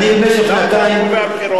למה אתה לא קובע בחירות?